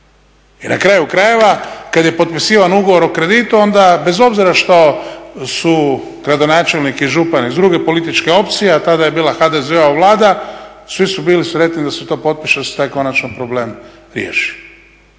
I na kraju krajeva kad je potpisivan ugovor o kreditu onda bez obzira što su gradonačelnik i župan iz druge političke opcije, a tada je bila HDZ-ova Vlada svi su bili sretni da se to potpiše da se taj konačno problem riješi.